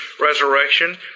resurrection